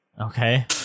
Okay